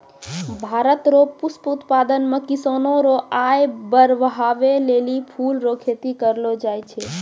भारत रो पुष्प उत्पादन मे किसानो रो आय बड़हाबै लेली फूल रो खेती करलो जाय छै